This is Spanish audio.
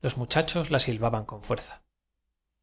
los muchachos la silbaban con fuerza sentado